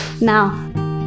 now